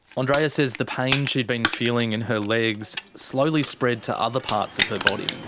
andreea says the pain she'd been feeling in her legs slowly spread to other parts of her body.